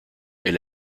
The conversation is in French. est